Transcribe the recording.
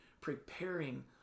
preparing